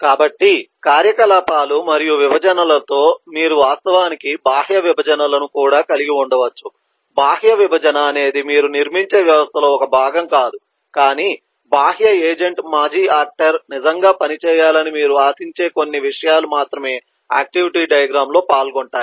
కాబట్టి కార్యకలాపాలు మరియు విభజనలతో మీరు వాస్తవానికి బాహ్య విభజనలను కూడా కలిగి ఉండవచ్చు బాహ్య విభజన అనేది మీరు నిర్మించే వ్యవస్థలో ఒక భాగం కాదు కాని బాహ్య ఏజెంట్ మాజీ ఆక్టర్ నిజంగా పనిచేయాలని మీరు ఆశించే కొన్ని విషయాలు మొత్తం ఆక్టివిటీ డయాగ్రమ్ లో పాల్గొంటాయి